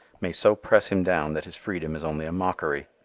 may so press him down that his freedom is only a mockery.